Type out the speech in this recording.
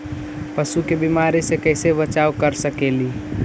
पशु के बीमारी से कैसे बचाब कर सेकेली?